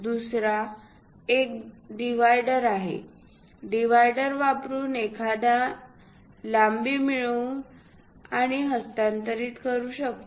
दुसरा एक डिव्हायडर आहे डिव्हायडर वापरुन एखादा लांबी मिळवू आणि हस्तांतरित करू शकतो